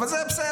אבל זה בסדר.